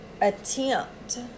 attempt